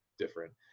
different